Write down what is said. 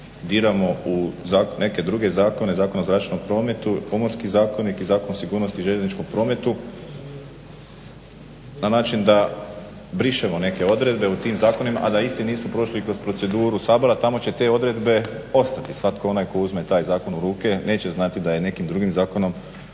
diramo u neke druge zakone, Zakone o zračnom prometu, Pomorski zakonik i Zakon sigurnosti u željezničkom prometu na način da brišemo neke odredbe u tim Zakonima a da isti nisu prošli kroz proceduru Sabora. Tamo će te odredbe ostati. Svatko onaj tko uzme taj zakon u ruke neće znati da je nekim drugim zakonom